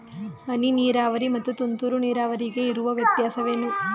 ಹನಿ ನೀರಾವರಿ ಮತ್ತು ತುಂತುರು ನೀರಾವರಿಗೆ ಇರುವ ವ್ಯತ್ಯಾಸವೇನು?